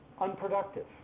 unproductive